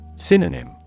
Synonym